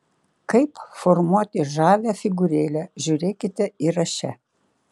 kaip formuoti žavią figūrėlę žiūrėkite įraše